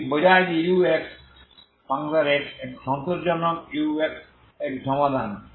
এটি বোঝায় যে ux একটি সন্তোষজনক uxএকটি সমাধান